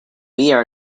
mirror